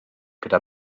gyda